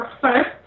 first